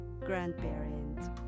grandparents